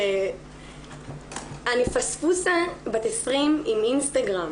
אני פספוסה בת 20 עם אינסטגרם